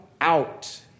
out